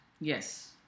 Yes